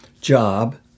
job